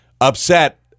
upset